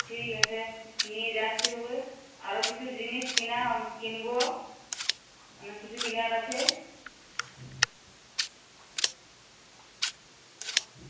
ঠিক আছে নিয়ে যাচ্ছি দুপুরে আরও কিছু জিনিস কেনা কিনবো অনেক কিছু কেনার আছে